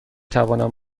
توانم